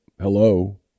hello